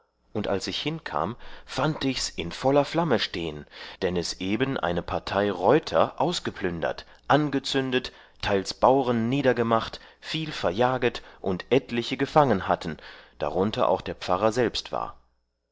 und als ich hinkam fand ichs in voller flamme stehen dann es eben eine partei reuter ausgeplündert angezündet teils bauren niedergemacht viel verjaget und etliche gefangen hatten darunter auch der pfarrer selbst war